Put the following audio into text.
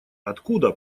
откуда